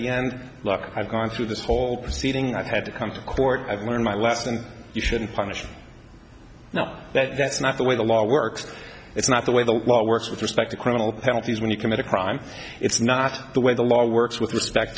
look i've gone through this whole proceeding i've had to come to court i've learned my lesson you shouldn't punish now that's not the way the law works it's not the way the law works with respect to criminal penalties when you commit a crime it's not the way the law works with respect